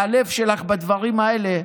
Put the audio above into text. והלב שלך בדברים האלה,